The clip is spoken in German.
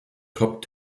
top